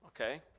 okay